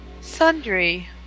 Sundry